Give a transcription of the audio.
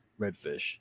redfish